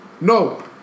No